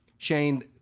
Shane